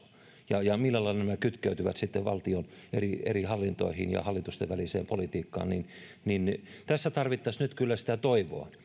ratkaisua ja millä lailla nämä kytkeytyvät sitten valtion eri eri hallintoihin ja hallitusten väliseen politiikkaan tässä tarvittaisiin nyt kyllä sitä toivoa